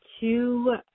two